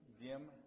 dim